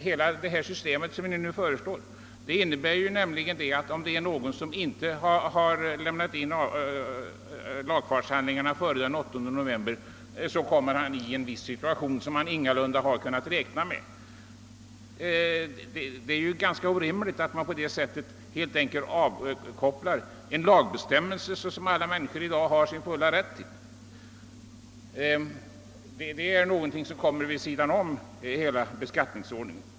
Hela det nu föreslagna systemet innebär nämligen, att den som inte lämnat in lagfartshandlingarna före den 8 november blir försatt i en situation som han ingalunda kunnat räkna med. Det är orimligt att på detta sätt avkoppla en lagbestämmelse som alla människor har full rätt att utnyttja. Detta ligger vid sidan av beskattningsordningen.